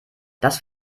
das